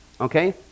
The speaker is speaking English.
Okay